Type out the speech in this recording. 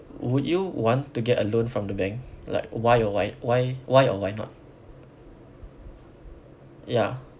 would you want to get a loan from the bank like why why why why or why not ya